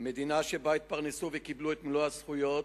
מדינה שבה התפרנסו וקיבלו את מלוא הזכויות.